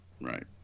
Right